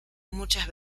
muchas